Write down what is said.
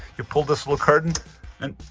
you pull this little curtain and.